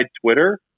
Twitter